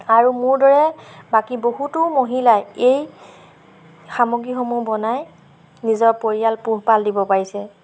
আৰু মোৰ দৰে বাকী বহুতো মহিলাই এই সামগ্ৰীসমূহ বনাই নিজৰ পৰিয়াল পোহ পাল দিব পাৰিছে